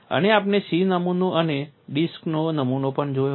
અને આપણે C નમૂનો અને ડિસ્કનો નમૂનો પણ જોયો હતો